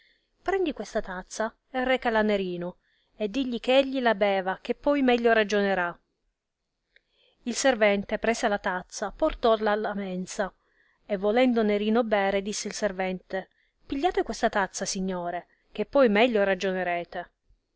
prendi questa tazza e recala a nerino e digli che egli la beva che poi meglio ragionerà il servente presa la tazza portolla alla mensa e volendo nerino bere disse il servente pigliate questa tazza signore che poi meglio ragionarete ed